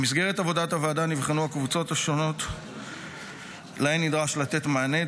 במסגרת עבודת הוועדה נבחנו הקבוצות השונות שלהן נדרש לתת מענה,